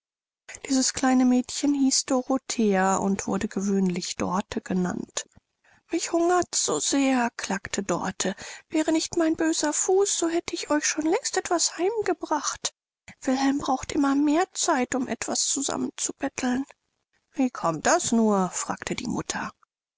dieses kleine mädchen hieß dorothea und wurde gewöhnlich dorte genannt mich hungert's so sehr klagte dorte wäre nicht mein bößer fuß so hätte ich euch schon längst etwas heim gebracht wilhelm braucht immer mehr zeit um etwas zusammen zu betteln wie kommt das nur fragte die mutter